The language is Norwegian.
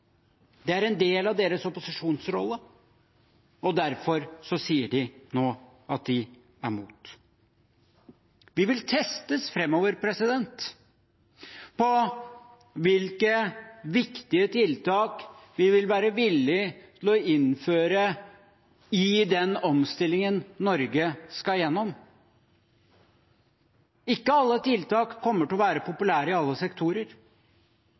Det er en del av deres opposisjonsrolle, og derfor sier de nå at de er mot. Vi vil testes fremover på hvilke viktige tiltak vi vil være villige til å innføre i den omstillingen Norge skal gjennom. Ikke alle tiltak kommer til å være populære i alle sektorer.